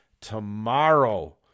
tomorrow